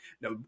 Now